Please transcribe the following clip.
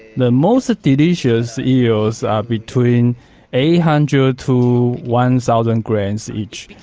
the most delicious eels are between eight hundred to one thousand grams each.